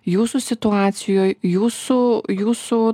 jūsų situacijoj jūsų jūsų